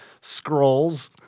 scrolls